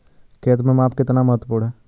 खेत में माप कितना महत्वपूर्ण है?